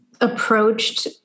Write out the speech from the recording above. approached